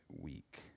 week